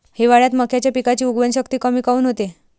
हिवाळ्यात मक्याच्या पिकाची उगवन शक्ती कमी काऊन होते?